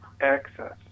access